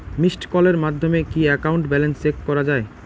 Missed কলের মাধ্যমে কি একাউন্ট ব্যালেন্স চেক করা যায়?